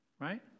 right